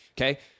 Okay